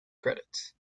credits